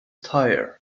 tire